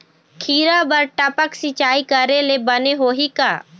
खिरा बर टपक सिचाई करे ले बने होही का?